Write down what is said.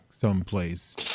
someplace